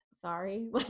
sorry